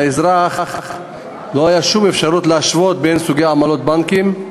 לאזרח לא הייתה שום אפשרות להשוות בין סוגי עמלות הבנקים.